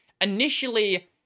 Initially